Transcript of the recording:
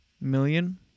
million